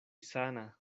sana